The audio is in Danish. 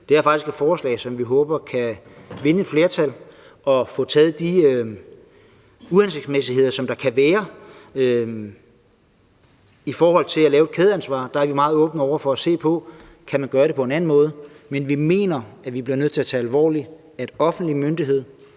Det er faktisk et forslag, som vi håber kan vinde et flertal, ved at vi får taget de uhensigtsmæssigheder, der kan være, ud. I forhold til at lave et kædeansvar er vi meget åbne over for at se på, om man kan gøre det på en anden måde. Men vi mener, at vi bliver nødt til at tage alvorligt, at en offentlig myndighed,